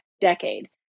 decade